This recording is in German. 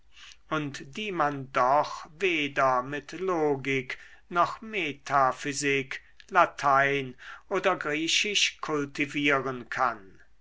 und die man doch weder mit logik noch metaphysik latein oder griechisch kultivieren kann